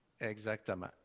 Exactement